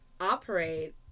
operate